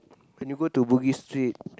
when you go to Bugis-Street